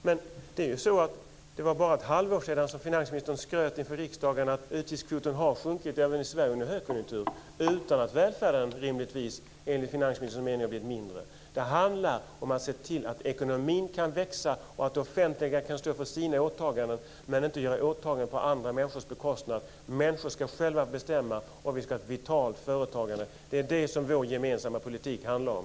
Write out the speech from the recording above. Men det vara bara ett halvår sedan som finansministern skröt inför riksdagen att utgiftskvoten hade sjunkit även i Sverige i högkonjunktur utan att välfärden rimligtvis hade blivit mindre. Det handlar om att se till att ekonomin kan växa och att det offentliga kan stå för sina åtaganden - inte genomföra åtaganden på andra människors bekostnad. Människor ska själva bestämma om de vill ha ett vitalt företagande. Det är det som vår gemensamma politik handlar om.